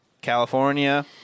California